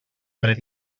dret